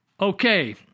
Okay